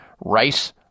rice